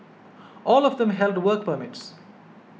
all of them held work permits